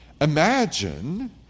imagine